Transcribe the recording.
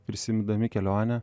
prisimindami kelionę